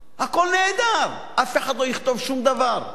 הכול נהדר, אף אחד לא יכתוב שום דבר נגד הממשלה.